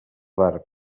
barbs